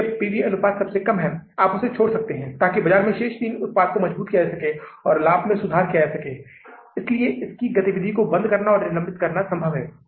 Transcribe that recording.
अगले भाग के लिए हम इस के साथ शुरू करेंगे जोकि बजट आय विवरण बजट आय विवरण की तैयारी करना है